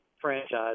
franchise